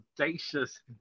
audacious